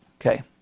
Okay